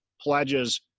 pledges